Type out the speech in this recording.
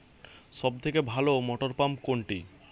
সবথেকে ভালো মটরপাম্প কোনটি?